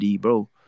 bro